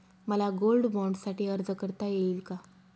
मला गोल्ड बाँडसाठी अर्ज करता येईल का?